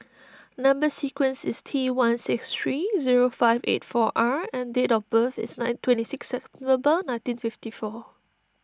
Number Sequence is T one six three zero five eight four R and date of birth is nine twenty six September nineteen fifty four